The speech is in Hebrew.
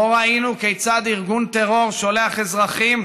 שבו ראינו כיצד ארגון טרור שולח אזרחים,